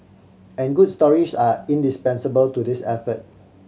and good stories are indispensable to this effort